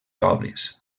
obres